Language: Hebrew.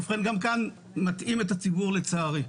ובכן, גם כאן מטעים את הציבור, לצערי.